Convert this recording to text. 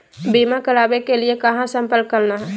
बीमा करावे के लिए कहा संपर्क करना है?